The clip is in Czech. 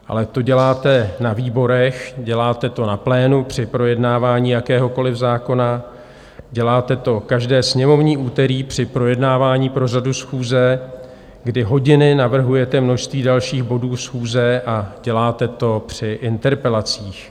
Ale to děláte na výborech, děláte to na plénu při projednávání jakéhokoliv zákona, děláte to každé sněmovní úterý při projednávání pořadu schůze, kdy hodiny navrhujete množství dalších bodů schůze, a děláte to při interpelacích.